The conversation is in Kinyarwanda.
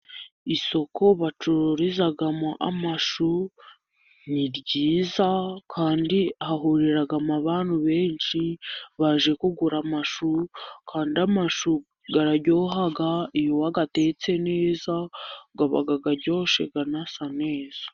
Isoko bacururizamo amashu ni ryiza kandi hahuriramo abantu benshi baje kugura amashu kandi amashu araryoha iyo wayatetse neza aba aryoshye anasa neza.